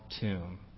tomb